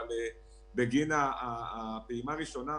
אבל בגין הפעימה הראשונה,